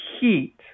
heat